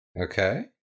Okay